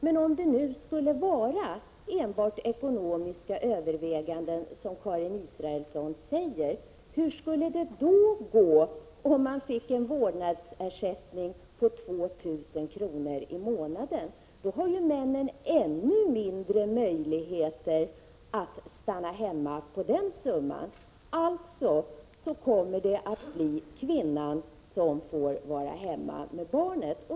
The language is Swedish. Men om det skulle vara enbart ekonomiska överväganden, som hon säger, hur skulle det då gå om vi fick en vårdnadsersättning på 2 000 kr. i månaden? Med den summan har ju männen ännu mindre möjligheter att stanna hemma. Alltså kommer det att bli kvinnan som får vara hemma med barnen.